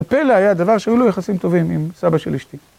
הפלא היה הדבר שהיו לו יחסים טובים עם סבא של אשתי.